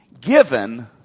given